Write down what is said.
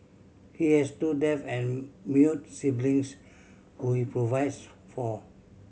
he has two deaf and mute siblings who he provides for